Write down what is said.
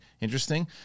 interesting